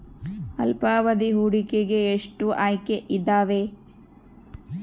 ಅಲ್ಪಾವಧಿ ಹೂಡಿಕೆಗೆ ಎಷ್ಟು ಆಯ್ಕೆ ಇದಾವೇ?